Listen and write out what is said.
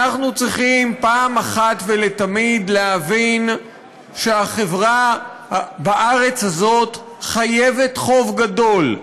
אנחנו צריכים פעם אחת ולתמיד להבין שהחברה בארץ הזאת חייבת חוב גדול,